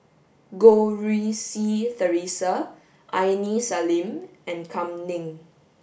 Goh Rui Si Theresa Aini Salim and Kam Ning